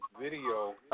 Video